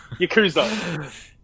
Yakuza